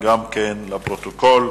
לפרוטוקול.